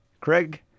Craig